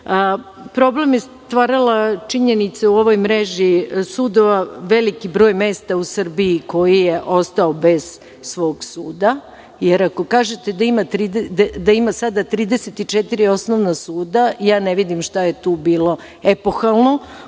je stvarala činjenica u ovoj mreži sudova, veliki je broj mesta u Srbiji koji je ostao bez svog suda. Jer, ako kažete da ima sada 34 osnovna suda, ne vidim šta je tu bilo epohalno